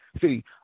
See